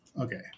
Okay